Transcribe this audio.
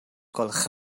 gwelwch